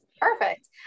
Perfect